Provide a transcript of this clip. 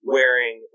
wearing